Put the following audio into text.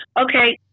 Okay